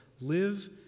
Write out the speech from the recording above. live